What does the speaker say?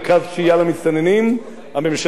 הממשלה הפילה את זה ברוב קולות,